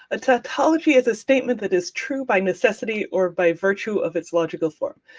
a tautology is a statement that is true by necessity or by virtue of its logical form.